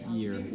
year